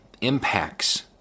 impacts